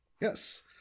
Yes